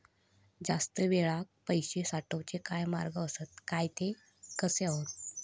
जास्त वेळाक पैशे साठवूचे काय मार्ग आसत काय ते कसे हत?